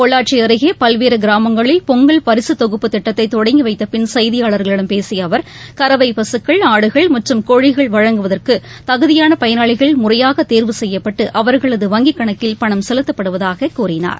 பொள்ளாச்சி அருகே பல்வேறு கிராமங்களில் பொங்கல் பரிசுத் தொகுப்பு திட்டத்தை தொடங்கி வைத்த பின் செய்தியாளர்களிடம் பேசிய அவர் கறவை பசுக்கள் ஆடுகள் மற்றும் கோழிகள் வழங்குவதற்கு தகுதியான பயனாளிகள் முறையாக தேர்வு செய்யப்பட்டு அவர்களது வங்கிக் கணக்கில் பணம் செலுத்தப்படுவதாக கூறினார்